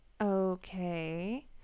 Okay